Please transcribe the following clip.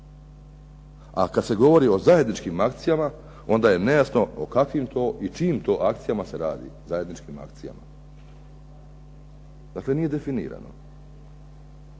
a kad se govori o zajedničkim akcijama onda je nejasno o kakvim to i čijim to akcijama se radi, zajedničkim akcijama. Dakle, nije definirano.